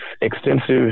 extensive